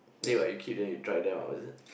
then what you kick them you drag them out is it